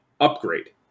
Upgrade